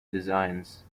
designs